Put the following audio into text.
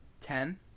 Ten